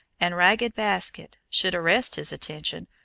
and ragged basket, should arrest his attention,